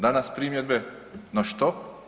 Danas primjedbe, na što?